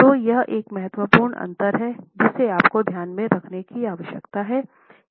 तो यह एक महत्वपूर्ण अंतर है जिसे आपको ध्यान में रखने की आवश्यकता है